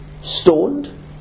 stoned